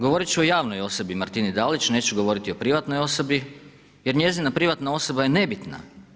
Govorit ću o javnoj osobi Martini Dalić, neću govoriti o privatnoj osobi jer njezina privatna osoba je nebitna.